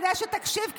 כדאי שתקשיב,